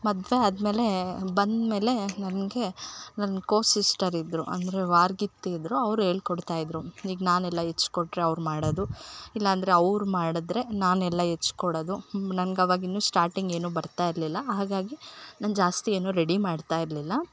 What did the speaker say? ಮದುವೆ ಆದಮೇಲೆ ಬಂದಮೇಲೆ ನನಗೆ ನನ್ನ ಕೋ ಸಿಸ್ಟರ್ ಇದ್ರು ಅಂದರೆ ವಾರಗಿತ್ತಿ ಇದ್ರು ಅವರು ಹೇಳ್ಕೊಡ್ತಾಯಿದ್ರು ಈಗ ನಾನೆಲ್ಲ ಹೆಚ್ಕೊಟ್ರೆ ಅವ್ರು ಮಾಡೋದು ಇಲ್ಲಾಂದ್ರೆ ಅವ್ರು ಮಾಡಿದ್ರೆ ನಾನೆಲ್ಲ ಹೆಚ್ಕೊಡೋದು ನಂಗೆ ಅವಾಗಿನ್ನು ಸ್ಟಾರ್ಟಿಂಗ್ ಏನು ಬರ್ತಾ ಇರಲಿಲ್ಲ ಹಾಗಾಗಿ ನಾನು ಜಾಸ್ತಿ ಏನು ರೆಡಿ ಮಾಡ್ತಾ ಇರಲಿಲ್ಲ